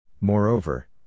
Moreover